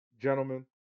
gentlemen